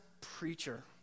preacher